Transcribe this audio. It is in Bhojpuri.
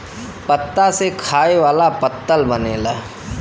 पत्ता से खाए वाला पत्तल बनेला